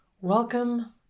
welcome